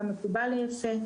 מה מקובל יפה,